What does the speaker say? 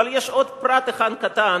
אבל יש עוד פרט אחד קטן,